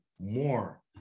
more